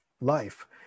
life